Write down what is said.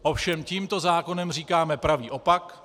Ovšem tímto zákonem říkáme pravý opak.